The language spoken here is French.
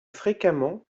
fréquemment